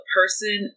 person